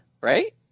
right